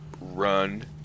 run